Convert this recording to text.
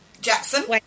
Jackson